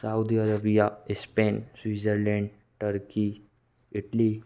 Saudi Arabia Spain Switzerland turkey Italy